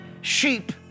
sheep